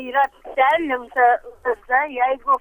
yra perlekta lazda jeigu